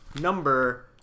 number